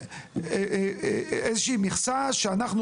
שיהיה איזושהי מכסה שאנחנו,